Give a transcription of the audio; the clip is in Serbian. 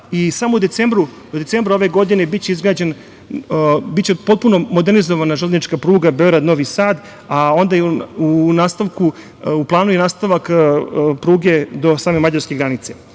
i samo u decembru ove godine biće potpuno modernizovana železnička pruga Beograd – Novi Sad, a onda u planu je i nastavak pruge do same mađarske